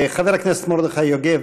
חבר הכנסת מרדכי יוגב,